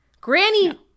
Granny